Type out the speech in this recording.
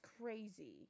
crazy